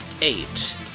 eight